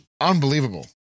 unbelievable